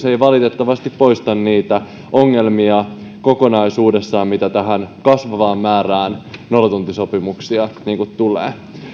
ei valitettavasti poista niitä ongelmia kokonaisuudessaan mitä tähän kasvavaan määrään nollatuntisopimuksia tulee